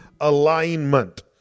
Alignment